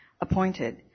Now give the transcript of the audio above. appointed